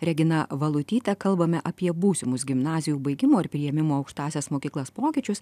regina valutyte kalbame apie būsimus gimnazijų baigimo ir priėmimo aukštąsias mokyklas pokyčius